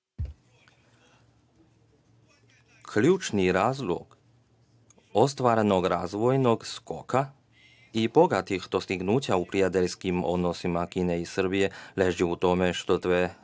Ključni razlog ostvarenog razvojnog skoka i bogatih dostignuća u prijateljskim odnosima Kine i Srbije leži u tome što dve strane